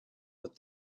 what